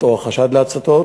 ההצתות